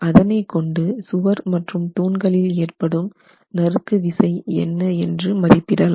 அதனை கொண்டு சுவர் மற்றும் தூண்களில் ஏற்படும் நறுக்குவிசை என்ன என்று மதிப்பிடலாம்